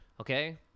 okay